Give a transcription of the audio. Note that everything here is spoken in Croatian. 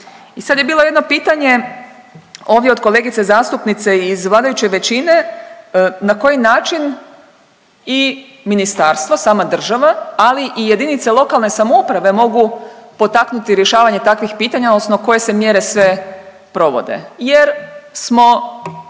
I sad je bilo jedno pitanje ovdje od kolegice zastupnice iz vladajuće većine, na koji način i ministarstvo, sama država, ali i JLS mogu potaknuti rješavanje takvih pitanja odnosno koje se mjere sve provode jer smo